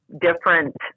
different